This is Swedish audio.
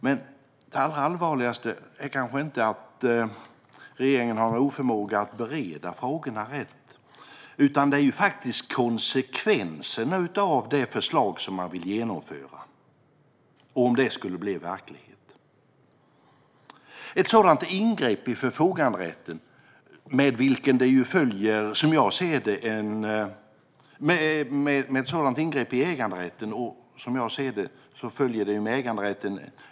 Men det allra allvarligaste är kanske inte att regeringen har en oförmåga att bereda frågorna rätt, utan det är faktiskt konsekvensen av det förslag som man vill genomföra, om det skulle bli verklighet. Som jag ser det följer det med äganderätten en rådighet, en förfoganderätt.